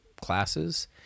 classes